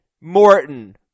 Morton